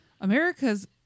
America's